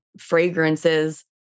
fragrances